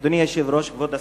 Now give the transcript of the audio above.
אני מזמין את כבוד שר